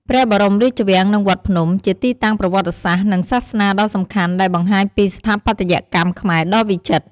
ព្រះបរមរាជវាំងនិងវត្តភ្នំ ជាទីតាំងប្រវត្តិសាស្ត្រ និងសាសនាដ៏សំខាន់ ដែលបង្ហាញពីស្ថាបត្យកម្មខ្មែរដ៏វិចិត្រ។